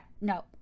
no